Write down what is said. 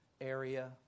area